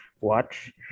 watch